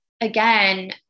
again